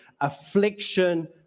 affliction